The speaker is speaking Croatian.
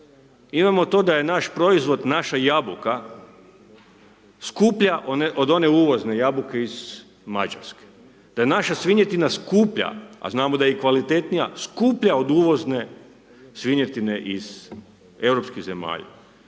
Imamo to da je naš proizvod, naša jabuka skuplja od one uvozne jabuke iz Mađarske, da je naša svinjetina skuplja a znamo da je i kvalitetnija skuplja od uvozne svinjetine iz europskih zemalja.